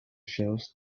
shows